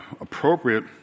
appropriate